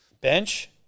Bench